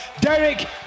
Derek